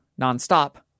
nonstop